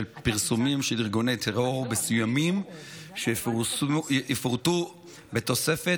פרסומים של ארגוני טרור מסוימים שיפורטו בתוספת,